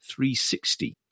360